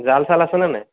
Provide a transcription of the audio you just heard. জাল ছাল আছেনে নাই